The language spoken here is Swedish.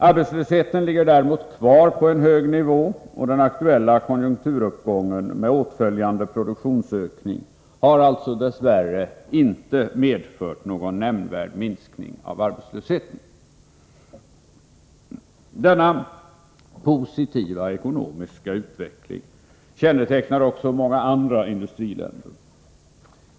Arbetslösheten ligger däremot kvar på en hög nivå, och den aktuella konjunkturuppgången med åtföljande produktionsökning har alltså dess värre inte medfört någon nämnvärd minskning av arbetslösheten. Denna positiva ekonomiska utveckling kännetecknar också många andra industriländer.